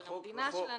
של המדינה שלנו,